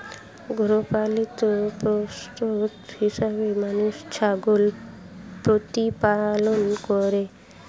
গৃহপালিত পশু হিসেবে মানুষ ছাগল প্রতিপালন করে